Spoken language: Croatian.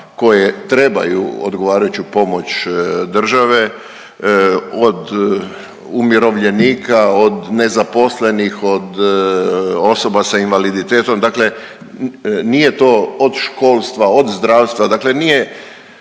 koje trebaju odgovarajuću pomoć države od umirovljenika, od nezaposlenih, od osoba sa invaliditetom. Dakle, nije to od školstva, od zdravstva, dakle nije